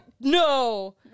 No